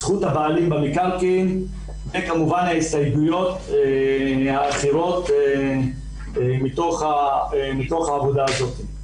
זכות הבעלים במקרקעין וכמובן ההסתייגויות האחרות מתוך העבודה הזאת.